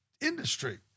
industry